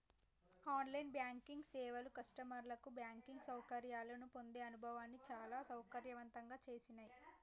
on line banking సేవలు కస్టమర్లకు banking సౌకర్యాలను పొందే అనుభవాన్ని చాలా సౌకర్యవంతంగా చేసినాయ్